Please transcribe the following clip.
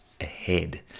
ahead